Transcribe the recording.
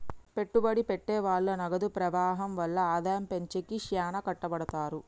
పెట్టుబడి పెట్టె వాళ్ళు నగదు ప్రవాహం వల్ల ఆదాయం పెంచేకి శ్యానా కట్టపడతారు